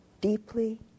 deeply